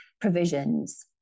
provisions